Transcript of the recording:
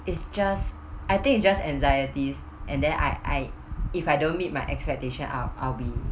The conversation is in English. is just I think it's just anxieties and then I I if I don't meet my expectations I'll I'll be